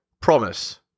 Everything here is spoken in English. Promise